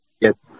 Yes